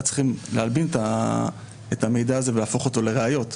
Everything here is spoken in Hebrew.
צריכות להלבין את המידע הזה ולהפוך אותו לראיות.